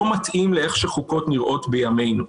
לא מתאים לאיך שחוקות נראות בימינו.